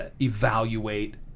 evaluate